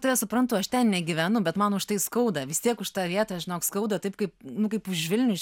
tave suprantu aš ten negyvenu bet man už tai skauda vis tiek už tą vietą žinok skauda taip kaip nu kaip už vilnių iš